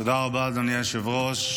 תודה רבה, אדוני היושב-ראש.